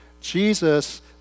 Jesus